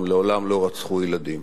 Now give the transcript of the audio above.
הם מעולם לא רצחו ילדים.